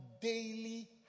daily